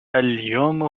اليوم